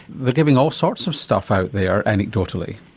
they're giving all sorts of stuff out there anecdotally.